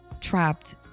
trapped